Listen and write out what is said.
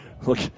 Look